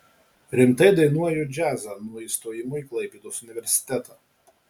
rimtai dainuoju džiazą nuo įstojimo į klaipėdos universitetą